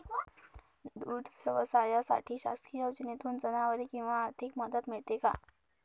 दूध व्यवसायासाठी शासकीय योजनेतून जनावरे किंवा आर्थिक मदत मिळते का?